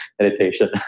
meditation